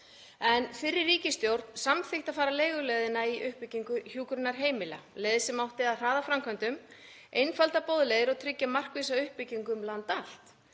Fyrri ríkisstjórn samþykkti að fara leiguleiðina í uppbyggingu hjúkrunarheimila, leið sem átti að hraða framkvæmdum, einfalda boðleiðir og tryggja markvissa uppbyggingu um land allt.